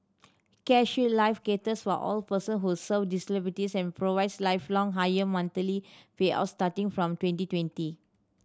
CareShield Life caters all person who so disabilities and provides lifelong higher monthly payouts starting from twenty twenty